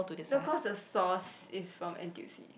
no cause the sauce is from N_T_U C